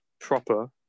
proper